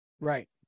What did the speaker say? Right